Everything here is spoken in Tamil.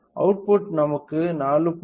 அவுட்புட் நமக்கு 4